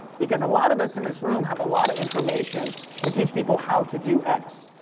because a lot of us in this room have a lot of information to teach people how to do x.